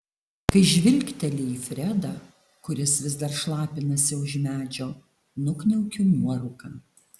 kai žvilgteli į fredą kuris vis dar šlapinasi už medžio nukniaukiu nuorūką